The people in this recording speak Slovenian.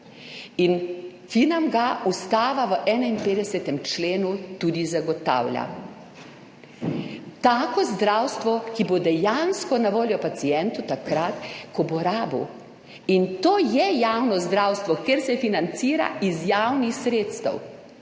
in ki nam ga Ustava v 51. členu tudi zagotavlja. Tako zdravstvo, ki bo dejansko na voljo pacientu takrat, ko bo rabil in to je javno zdravstvo, ker se financira iz javnih sredstev